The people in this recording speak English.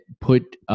put